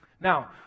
Now